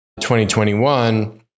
2021